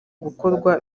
gukorwa